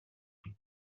του